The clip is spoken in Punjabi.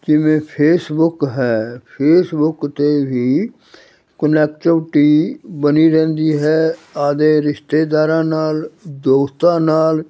ਜਿਵੇਂ ਫੇਸਬੁਕ ਹੈ ਫੇਸਬੁਕ 'ਤੇ ਵੀ ਕਨੈਕਵਿਟੀ ਬਣੀ ਰਹਿੰਦੀ ਹੈ ਆਪਣੇ ਰਿਸ਼ਤੇਦਾਰਾਂ ਨਾਲ ਦੋਸਤਾਂ ਨਾਲ